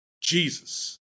Jesus